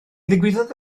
ddigwyddodd